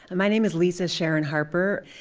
but my name is lisa sharon harper.